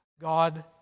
God